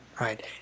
right